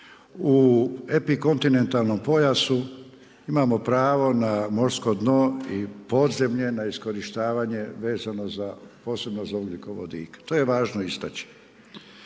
u epikontinentalnom pojasu imamo pravo na morsko dno i podzemlje na iskorištavanje vezano za posebno za ugljikovodike, to je važno istaći.